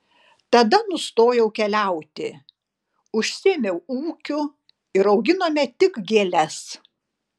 tada nustojau keliauti užsiėmiau ūkiu ir auginome tik gėles